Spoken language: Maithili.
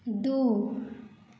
दू